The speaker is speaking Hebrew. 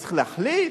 וצריך להחליט?